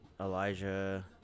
Elijah